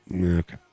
Okay